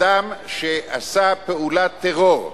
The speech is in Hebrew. אדם שעשה פעולת טרור,